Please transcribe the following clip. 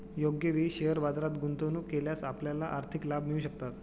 योग्य वेळी शेअर बाजारात गुंतवणूक केल्यास आपल्याला आर्थिक लाभ मिळू शकतात